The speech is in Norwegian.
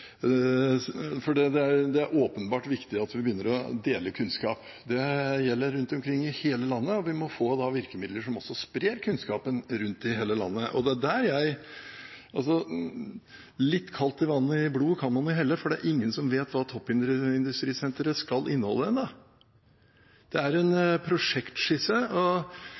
Det er åpenbart viktig at vi begynner å dele kunnskap. Det gjelder rundt omkring i hele landet. Vi må få virkemidler som sprer kunnskapen rundt til hele landet. Litt kaldt vann i blodet kan man jo helle, for det er ingen som vet hva toppindustrisenteret skal inneholde ennå. Det er en prosjektskisse. Når man sier at man er klar til å bevilge penger og